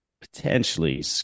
potentially